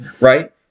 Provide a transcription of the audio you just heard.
right